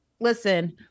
Listen